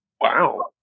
Wow